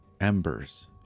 embers